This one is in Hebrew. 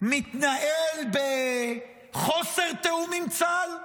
מתנהל בחוסר תיאום עם צה"ל?